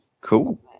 Cool